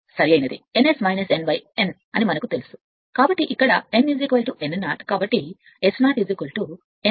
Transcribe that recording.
సరైనది N S n n అని మనకు తెలుసు కాబట్టి ఇక్కడ n n 0